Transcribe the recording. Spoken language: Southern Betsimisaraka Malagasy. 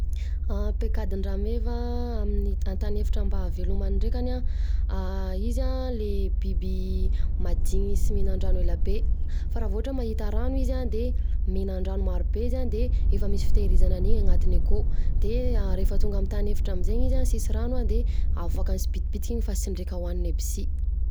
Paikadin-drameva amin’ny an-tany efitra mba avelomany ndrekany an, izy an le biby madigny sy mihinan-drano elabe, fa raha vao ohatra mahita rano izy an, de mihinan-drano marobe izy an de, efa misy fitehirizana an’iny anatiny akao, de an, rehefa tonga amin’ny tany efitra am'zay izy an, sisy rano an, de, afaka sibitibitika iny fa sy indreka hoaniny aby sy.